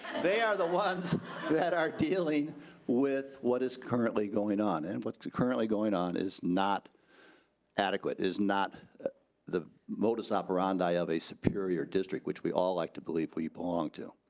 they are the ones that are dealing with what is currently going on, and what's currently going on is not adequate. is not the modus operandi of a superior district which we all like to believe we belong to.